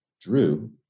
Drew